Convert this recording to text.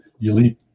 elite